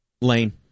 Lane